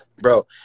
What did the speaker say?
bro